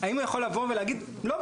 הרב